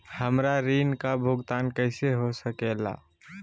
हमरा ऋण का भुगतान कैसे हो सके ला?